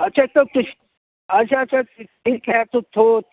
अच्छा तो किस अच्छा अच्छा फ़िर ठीक है तो